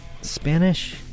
Spanish